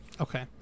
Okay